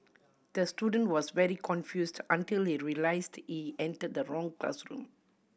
the student was very confused until he realised he entered the wrong classroom